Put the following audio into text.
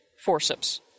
forceps